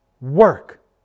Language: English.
Work